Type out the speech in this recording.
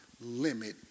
limit